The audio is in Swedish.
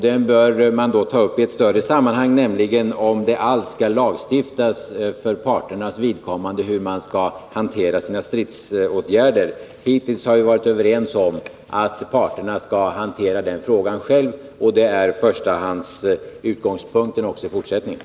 Den bör tas upp i ett större sammanhang, varvid det bör undersökas om det för parternas vidkommande alls skall lagstiftas om hur stridsåtgärderna skall hanteras. Hittills har vi varit överens om att det är parterna själva som skall hantera den frågan, och detta är förstahandsutgångspunkten också i fortsättningen.